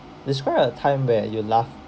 describe a time where you laughed